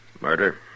Murder